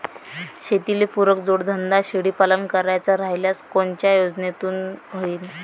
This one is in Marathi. शेतीले पुरक जोडधंदा शेळीपालन करायचा राह्यल्यास कोनच्या योजनेतून होईन?